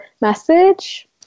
message